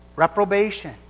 reprobation